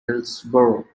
hillsboro